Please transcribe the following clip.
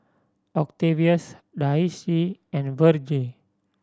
Octavius Daisye and Virge